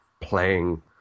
playing